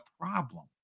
problem